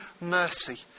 mercy